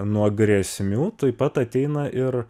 nuo grėsmių tai pat ateina ir